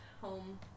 home